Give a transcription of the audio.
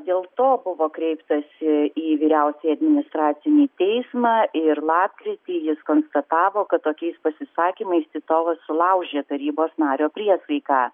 dėl to buvo kreiptasi į vyriausiąjį administracinį teismą ir lapkritį jis konstatavo kad tokiais pasisakymais titovas sulaužė tarybos nario priesaiką